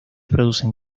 producen